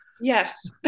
yes